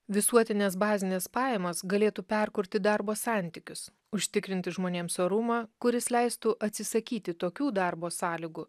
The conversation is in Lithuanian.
visuotinės bazinės pajamos galėtų perkurti darbo santykius užtikrinti žmonėms orumą kuris leistų atsisakyti tokių darbo sąlygų